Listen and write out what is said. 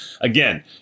Again